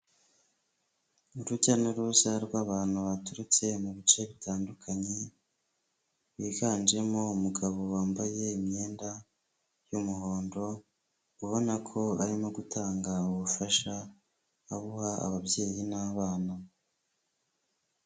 Urujya n'uruza rw'abantu baturutse mu bice bitandukanye, biganjemo umugabo wambaye imyenda y'umuhondo, ubona ko arimo gutanga ubufasha, abuha ababyeyi n'abana.